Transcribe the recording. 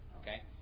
Okay